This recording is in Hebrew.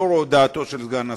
לאור הודעתו של סגן השר.